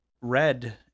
red